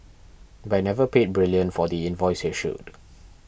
but it never paid Brilliant for the invoice issued